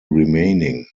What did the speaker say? remaining